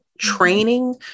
training